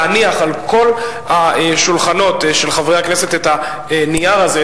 להניח על כל השולחנות של חברי הכנסת את הנייר הזה,